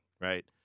right